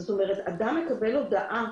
זאת אומרת, אדם מקבל הודעה